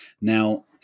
Now